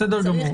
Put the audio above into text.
בסדר גמור.